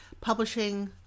publishing